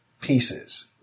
pieces